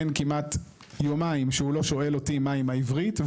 אין כמעט יומיים שהוא לא שואל אותי מה עם העברית,